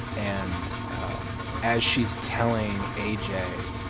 and as she's telling a j.